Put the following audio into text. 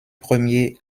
premier